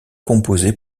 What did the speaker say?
composé